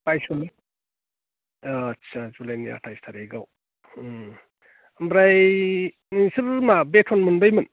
बायसआव अ आच्चा जुलाइ नि आथायस तारिगआव ओमफ्राय नोंसोर मा बेथ'न मोनबायमोन